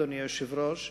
אדוני היושב-ראש,